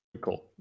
Cool